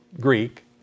Greek